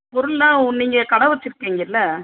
பொருள்லாம் உ நீங்கள் கடை வச்சுருக்கீங்கல்ல